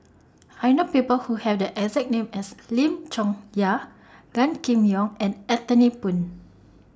I know People Who Have The exact name as Lim Chong Yah Gan Kim Yong and Anthony Poon